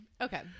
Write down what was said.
Okay